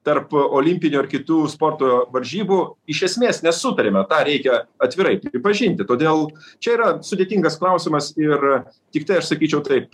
tarp olimpinių ar kitų sporto varžybų iš esmės nesutariame tą reikia atvirai pripažinti todėl čia yra sudėtingas klausimas ir tiktai aš sakyčiau taip